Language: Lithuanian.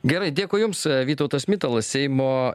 gerai dėkui jums vytautas mitalas seimo